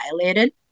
violated